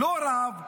לא רק,